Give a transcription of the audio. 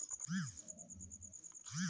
गेहूं मे सरसों मिला के लगा सकली हे का?